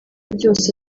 byose